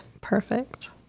Perfect